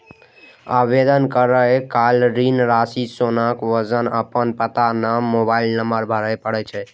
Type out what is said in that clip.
आवेदन करै काल ऋण राशि, सोनाक वजन, अपन पता, नाम, मोबाइल नंबर भरय पड़ै छै